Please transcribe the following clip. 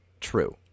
true